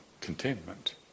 contentment